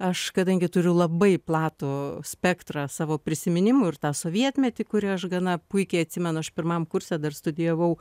aš kadangi turiu labai platų spektrą savo prisiminimų ir tą sovietmetį kurį aš gana puikiai atsimenu aš pirmam kurse dar studijavau